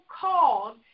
called